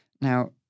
Now